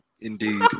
Indeed